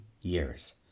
years